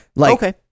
Okay